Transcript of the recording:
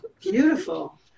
beautiful